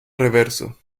reverso